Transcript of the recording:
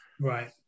Right